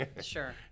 sure